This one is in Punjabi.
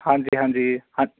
ਹਾਂਜੀ ਹਾਂਜੀ ਹਾਂ